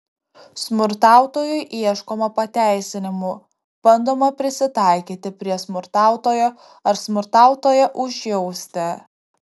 smurtautojui ieškoma pateisinimų bandoma prisitaikyti prie smurtautojo ar smurtautoją užjausti